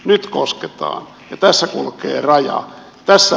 nyt kosketaan ja tässä kulkee raja